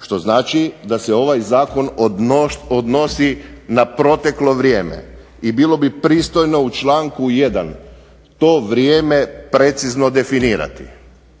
Što znači da se ovaj zakon odnosi na proteklo vrijeme. I bilo bi pristojno u članku 1. to vrijeme precizno definirati,